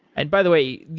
and by the way,